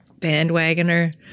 bandwagoner